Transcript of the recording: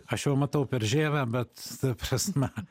aš jau matau per žievę bet ta prasme